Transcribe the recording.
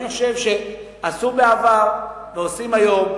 אני חושב שעשו בעבר ועושים היום.